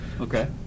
Okay